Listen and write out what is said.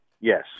Yes